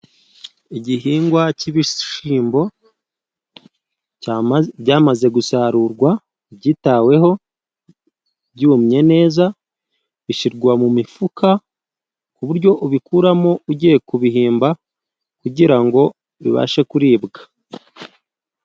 Igihingwa cy'ibishyimbo byamaze gusarurwa. Byitaweho .Byumye neza, bishyirwa mumifuka ku buryo ubikuramo ugiye kubihimba kugira ngo bibashe kuribwa.